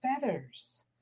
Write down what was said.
feathers